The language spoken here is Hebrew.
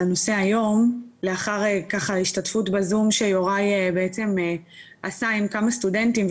לאחר השתתפות בזום שיוראי עשה עם כמה סטודנטים,